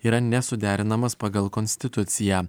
yra nesuderinamas pagal konstituciją